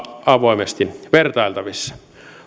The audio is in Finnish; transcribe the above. avoimesti vertailtavissa